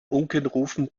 unkenrufen